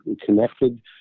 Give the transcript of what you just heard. connected